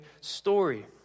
story